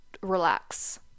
relax